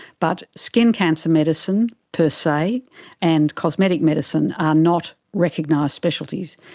but skin cancer medicine per se and cosmetic medicine are not recognised specialities.